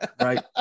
Right